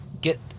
get